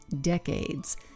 decades